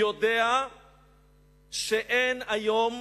יודע שאין היום